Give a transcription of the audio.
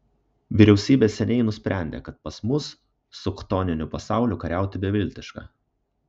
vyriausybė seniai nusprendė kad pas mus su chtoniniu pasauliu kariauti beviltiška